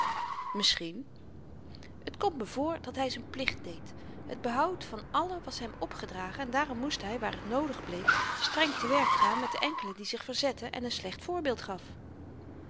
misschien het komt me voor dat hy z'n plicht deed het behoud van allen was hem opgedragen en daarom moest hy waar t noodig bleek streng te werk gaan met den enkele die zich verzette en n slecht voorbeeld gaf